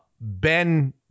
ben